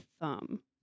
thumb